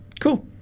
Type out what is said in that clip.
cool